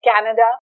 Canada